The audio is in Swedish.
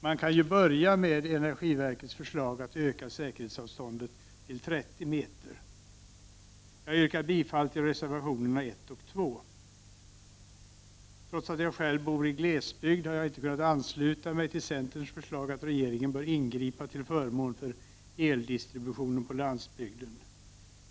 Man kan ju börja med energiverkets förslag att öka säkerhetsavståndet till 30 meter. Jag yrkar bifall till reservationerna 1 och 2. Trots att jag själv bor i glesbygd har jag inte kunnat ansluta mig till centerns förslag, att regeringen bör ingripa till förmån för eldistributionen på landsbygden.